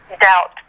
doubt